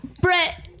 Brett